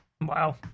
Wow